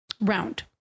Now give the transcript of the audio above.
Round